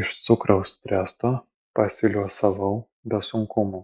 iš cukraus tresto pasiliuosavau be sunkumų